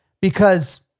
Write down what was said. Because-